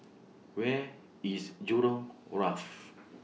Where IS Jurong Wharf